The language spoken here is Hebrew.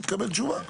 תקבל תשובה.